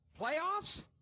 playoffs